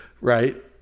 Right